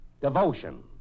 devotion